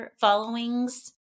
followings